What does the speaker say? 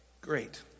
Great